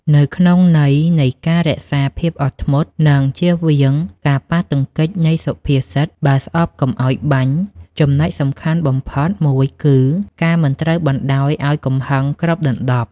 នៅក្នុងន័យនៃការរក្សាភាពអត់ធ្មត់ និងជៀសវាងការប៉ះទង្គិចនៃសុភាសិត "បើស្អប់កុំឲ្យបាញ់" ចំណុចសំខាន់បំផុតមួយគឺការមិនត្រូវបណ្តោយឲ្យកំហឹងគ្របដណ្ដប់។